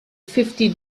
fifty